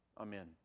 amen